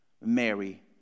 Mary